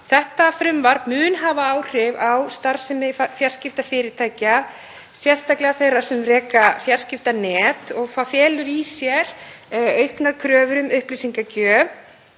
sinn. Frumvarpið mun hafa áhrif á starfsemi fjarskiptafyrirtækja, sérstaklega þeirra sem reka fjarskiptanet, og það felur í sér auknar kröfur um upplýsingagjöf.